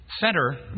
center